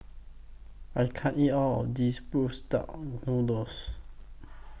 I can't eat All of This Bruised Duck Noodles